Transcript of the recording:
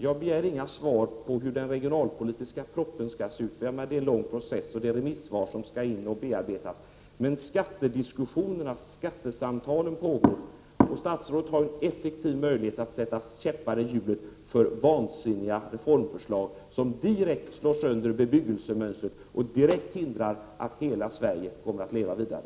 Jag begär inget svar på hur den regionalpolitiska propositionen skall se ut, för det återstår en lång process — remissvar skall komma in och bearbetas. Men skattesamtalen pågår, och statsrådet har möjlighet att effektivt sätta käppar i hjulen för vansinniga reformförslag som direkt slår sönder bebyggelsemönster och direkt hindrar att hela Sverige kommer att leva vidare.